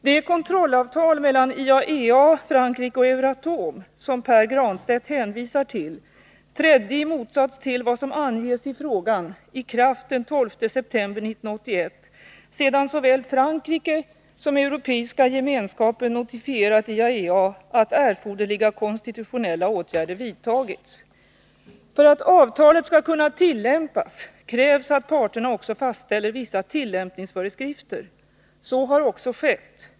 Det kontrollavtal mellan IAEA, Frankrike och Euratom som Pär Granstedt hänvisar till trädde, i motsats till vad som anges i frågan, i kraft den 12 september 1981, sedan såväl Frankrike som Europeiska gemenskapen notifierat IAEA att erforderliga konstitutionella åtgärder vidtagits. För att avtalet skall kunna tillämpas krävs att parterna också fastställer vissa tillämpningsföreskrifter. Så har också skett.